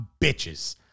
bitches